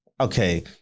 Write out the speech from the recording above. okay